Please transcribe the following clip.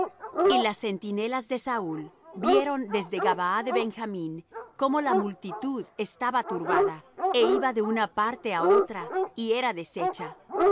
y las centinelas de saúl vieron desde gabaa de benjamín cómo la multitud estaba turbada é iba de una parte á otra y era deshecha